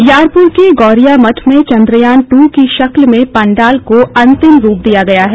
यारपुर के गौरिया मठ में चंद्रयान टू की शक्ल में पंडाल को अंतिम रूप दिया गया है